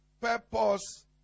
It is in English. Purpose